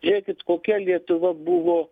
žėkit kokia lietuva buvo